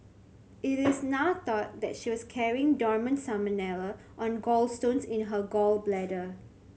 it is now thought that she was carrying dormant salmonella on gallstones in her gall bladder